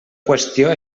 qüestió